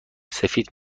سفید